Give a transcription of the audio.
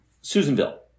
Susanville